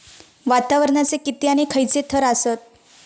वातावरणाचे किती आणि खैयचे थर आसत?